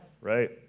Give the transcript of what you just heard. Right